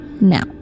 now